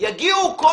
יגיעו כל